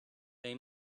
they